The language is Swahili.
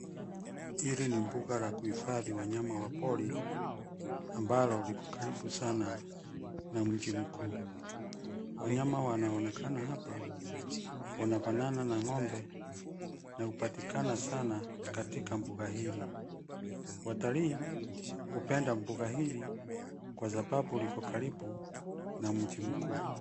Hili ni mbuga la kuhifadhi wanyama wa pori, ambalo liko karibu sana, na mji mkuu, wanyama wanaonekana hapa, wanafanana na ng'ombe, na hupatikana sana, katika mbuga hili. Watalii, hupenda mbuga hili, kwa sababu liko karibu, na mji mkuu.